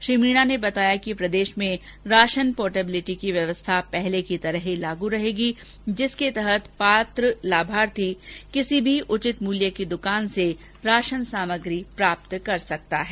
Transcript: श्री मीना ने बताया कि प्रदेश में राशन पोर्टेबिलिटी की व्यवस्था पहले की तरह ही लागू रहेगी जिसके तहत पात्र लाभार्थी किसी भी उचित मूल्य की दुकान से राशन सामग्री प्राप्त कर सकता है